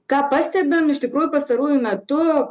ką pastebim iš tikrųjų pastaruoju metu